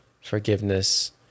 Forgiveness